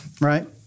Right